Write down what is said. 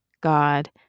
God